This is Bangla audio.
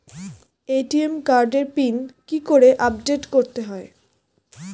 এ.টি.এম কার্ডের পিন কি করে আপডেট করতে হয়?